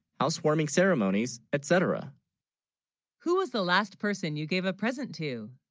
housewarming ceremonies etc who, was the last person you gave a present to